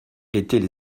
étaient